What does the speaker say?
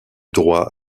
droit